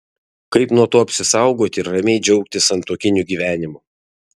kaip nuo to apsisaugoti ir ramiai džiaugtis santuokiniu gyvenimu